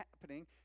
happening